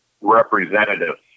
representatives